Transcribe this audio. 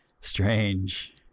Strange